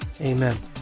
Amen